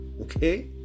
okay